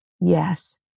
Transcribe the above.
yes